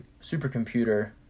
supercomputer